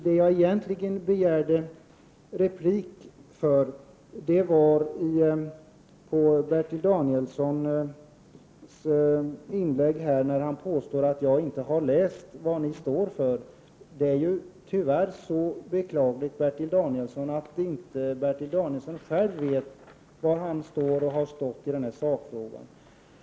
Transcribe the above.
Vad jag egentligen begärde replik på är att Bertil Danielsson i sitt inlägg påstod att jag inte har läst vad moderaterna står för. Det är tyvärr så beklagligt att Bertil Danielsson inte själv vet var han står och har stått i denna sakfråga.